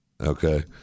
Okay